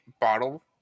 bottle